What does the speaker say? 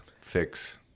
fix